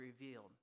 revealed